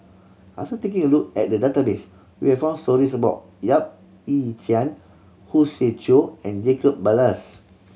after taking a look at the database we are found stories about Yap Ee Chian Khoo Swee Chiow and Jacob Ballas